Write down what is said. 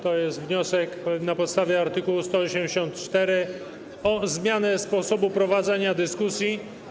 To jest wniosek na podstawie art. 184 o zmianę sposobu prowadzenia dyskusji.